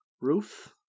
Ruth